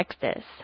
Texas